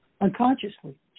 unconsciously